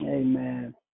Amen